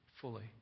fully